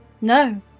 No